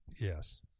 Yes